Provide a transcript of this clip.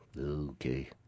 Okay